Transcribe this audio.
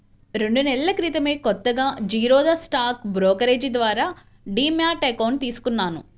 రెండు నెలల క్రితమే కొత్తగా జిరోదా స్టాక్ బ్రోకరేజీ ద్వారా డీమ్యాట్ అకౌంట్ తీసుకున్నాను